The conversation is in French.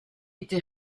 été